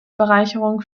bereicherung